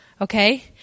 okay